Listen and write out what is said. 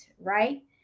right